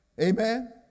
amen